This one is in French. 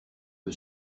peu